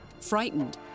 Frightened